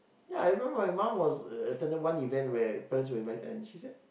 yeah everyone my mom was attended one event where parents were invited and she said